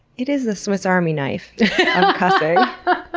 it is the swiss army knife yeah but